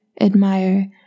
admire